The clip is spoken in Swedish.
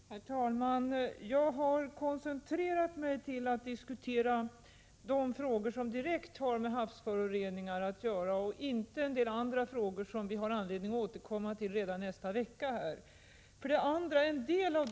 Herr talman! Jag har koncentrerat mig på att diskutera de frågor som direkt har med havsföroreningar att göra och inte andra frågor, som det finns anledning att återkomma till nästa vecka. En del av de frågor som har ställts Prot.